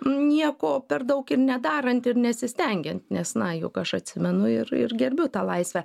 nieko per daug ir nedarant ir nesistengiant nes na juk aš atsimenu ir ir gerbiu tą laisvę